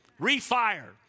Refire